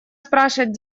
спрашивать